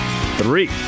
three